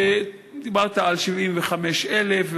ודיברת על 75,000,